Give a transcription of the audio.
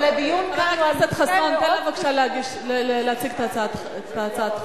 חבר הכנסת חסון, תן לה בבקשה להציג את הצעת החוק.